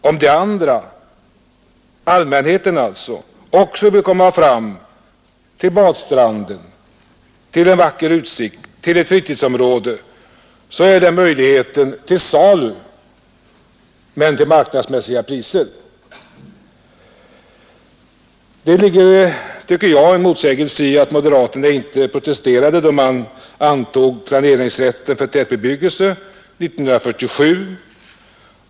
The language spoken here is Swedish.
Om de andra — allmänheten alltså — också vill komma fram till en badstrand, till en vacker utsikt, till ett fritidsområde, så kan den möjligheten vara till salu — till marknadsmässiga priser. Det ligger, tycker jag, något av en motsägelse i att moderaterna inte protesterade då man antog planeringsrätten för tätbebyggelse år 1947.